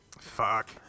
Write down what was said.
Fuck